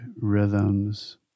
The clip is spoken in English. rhythms